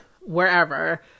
wherever